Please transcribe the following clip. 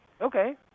Okay